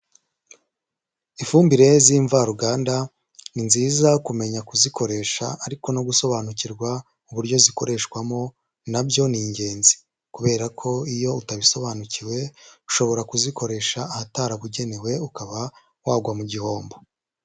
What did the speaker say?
Ifumbire z'imvaruganda ni nziza kumenya kuzikoresha ariko no gusobanukirwa uburyo zikoreshwamo na byo ni ingenzi kubera ko iyo utabisobanukiwe ushobora kuzikoresha ahatarabugenewe ukaba wagwa mu gihombo.